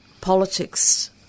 politics